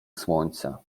słońca